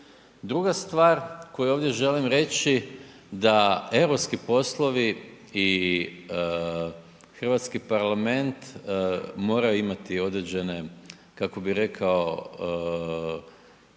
Druga stvar koju ovdje želim reći da europski poslovi i Hrvatski parlament moraju imati određene, kako bi rekao,